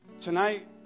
tonight